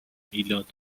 میلاد